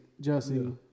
Jesse